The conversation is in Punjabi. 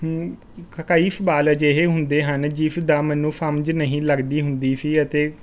ਕ ਕਈ ਸਵਾਲ ਅਜਿਹੇ ਹੁੰਦੇ ਹਨ ਜਿਸ ਦਾ ਮੈਨੂੰ ਸਮਝ ਨਹੀਂ ਲੱਗਦੀ ਹੁੰਦੀ ਸੀ ਅਤੇ